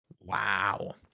Wow